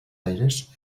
aires